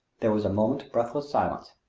there was a moment's breathless silence.